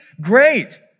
great